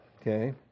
Okay